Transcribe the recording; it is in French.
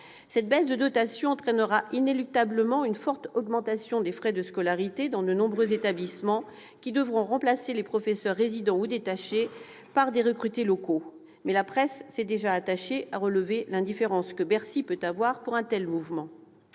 Cette baisse de la dotation entraînera inéluctablement une forte augmentation des frais de scolarité dans de nombreux établissements, qui devront remplacer les professeurs résidants ou détachés par des recrutés locaux. Mais la presse a déjà relevé l'indifférence de Bercy pour un tel mouvement.